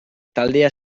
taldea